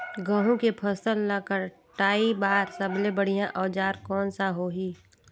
गहूं के फसल ला कटाई बार सबले बढ़िया औजार कोन सा होही?